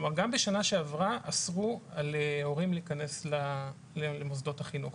גם בשנה שעברה אסרו על הורים להיכנס למוסדות החינוך.